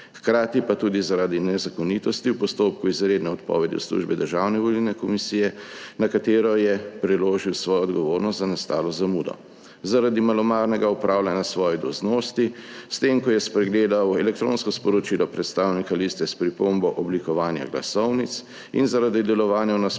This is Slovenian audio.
hkrati pa tudi zaradi nezakonitosti v postopku izredne odpovedi službe Državne volilne komisije, na katero je preložil svojo odgovornost za nastalo zamudo zaradi malomarnega opravljanja svoje dolžnosti s tem, ko je spregledal elektronsko sporočilo predstavnika liste s pripombo oblikovanja glasovnic in zaradi delovanja v